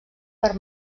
per